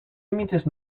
límites